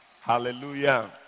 Hallelujah